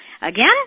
Again